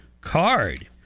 card